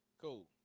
cool